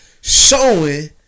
showing